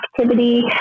activity